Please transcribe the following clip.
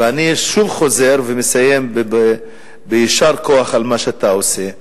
ואני שוב חוזר ומסיים ביישר כוח על מה שאתה עושה,